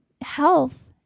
health